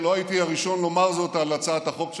לא הייתי הראשון לומר זאת על הצעת החוק שלך,